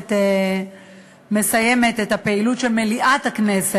הכנסת מסיימת את הפעילות של מליאת הכנסת,